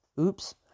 Oops